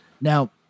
Now